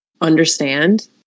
understand